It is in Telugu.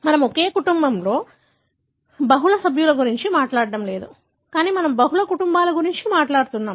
మనము ఒక కుటుంబంలో బహుళ సభ్యుల గురించి మాట్లాడటం లేదు కానీ మనము బహుళ కుటుంబాల గురించి మాట్లాడుతున్నాము